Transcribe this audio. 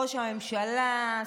ראש הממשלה,